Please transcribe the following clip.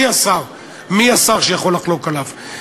מי השר שיכול לחלוק עליו?